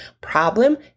problem